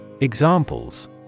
Examples